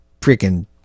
freaking